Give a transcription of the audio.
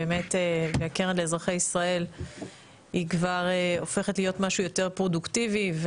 הקרן לאזרחי ישראל כבר הופכת להיות למשהו יותר פרודוקטיבי,